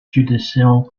judicial